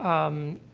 um,